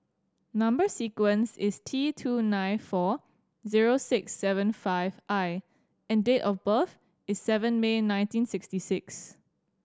number sequence is T two nine four zero six seven five I and date of birth is seven May nineteen sixty six